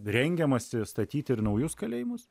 rengiamasi statyti ir naujus kalėjimus